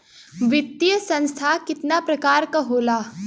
वित्तीय संस्था कितना प्रकार क होला?